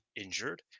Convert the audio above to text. injured